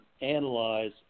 analyze